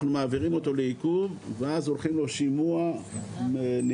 אנחנו מעבירים אותו לעיכוב ואז אנחנו עושים לו שימוע עם